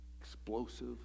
Explosive